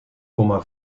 komma